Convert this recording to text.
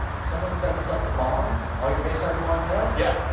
someone sent us up the bomb, all your base are belong to us. yeah.